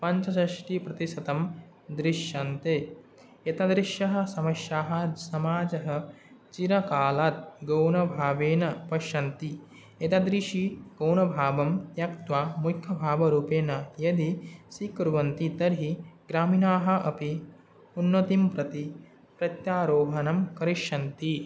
पञ्चषष्टिप्रतिशतं दृश्यन्ते एतादृश्यः समस्याः समाजः चिरकालात् गौणभावेन पश्यति एतादृशगौनभावं त्यक्त्वा मुख्यभावरूपेण यदि स्वीकुर्वन्ति तर्हि ग्रामीणाः अपि उन्नतिं प्रति प्रत्यारोहणं करिष्यन्ति